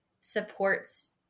supports